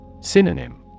Synonym